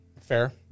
Fair